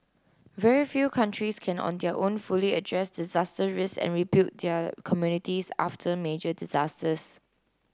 very few countries can on their own fully address disaster risks and rebuild their communities after major disasters